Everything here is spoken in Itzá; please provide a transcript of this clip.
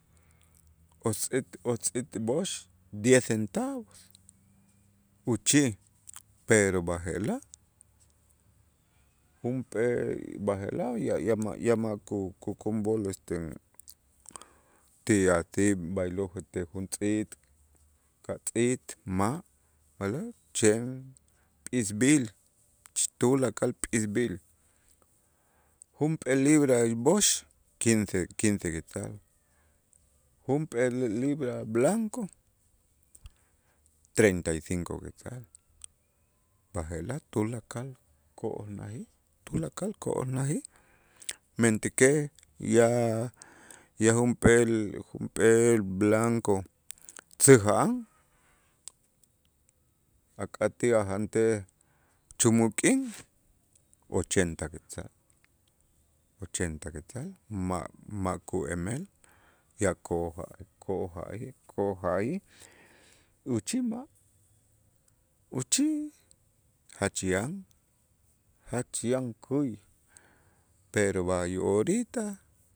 otzit otz'it b'ox diez centavos uchij pero b'aje'laj junpee b'aje'laj ya- ya ma'-ya ma' ku- ku- ku- kunb'ol este ti así b'aylo' este juntz'iit, ka'tz'iit ma' a'lo' chen p'iisb'il tulakal p'iisb'il junp'eel libra ixb'ox quince quince quetzal, junpeel libra blanco treinta y cinco quetzales b'aje'laj tulakal ko'onajij tulakal ko'onajij, mentäkej ya- ya junp'eel- junp'eel blanco tzäja'an ak'atij ajantej chumuk k'in ochenta quetzales, ochenta quetzales, ma'-ma' ku'emel ya ko'oja'ej ko'oja'ej ko'oja'ij uchij ma' uchij jach yan jach yan käy, pero b'ay orita